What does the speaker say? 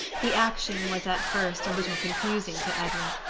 the action was at first a little confusing to edna,